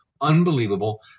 unbelievable